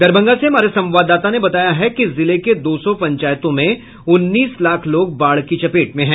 दरभंगा से हमारे संवाददाता ने बताया है कि जिले के दो सौ पंचायतों में उन्नीस लाख लोग बाढ़ की चपेट में हैं